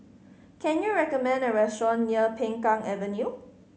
can you recommend a restaurant near Peng Kang Avenue